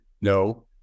No